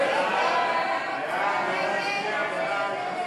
ההסתייגות (25)